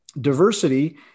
diversity